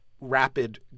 rapid